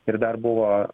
ir dar buvo